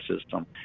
system